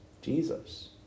Jesus